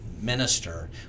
minister